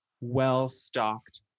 well-stocked